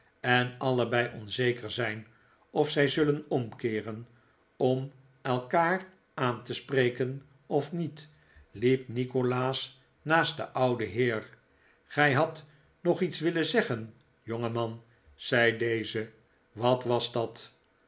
en allebei onzeker zijn of zij zullen omkeeren om elkaar aan te spreken of niet liep nikolaas naast den ouden heer gij hadt nog iets willen zeggen jongeman zei deze wat was dat